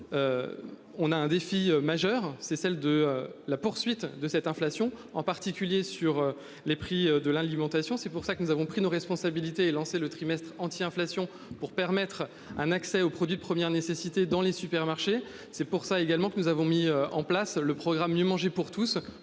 On a un défi majeur, c'est celle de la poursuite de cette inflation, en particulier sur les prix de l'alimentation, c'est pour ça que nous avons pris nos responsabilités et lancé le trimestre anti-inflation pour permettre un accès aux produits de première nécessité dans les supermarchés. C'est pour ça également que nous avons mis en place le programme mieux manger pour tous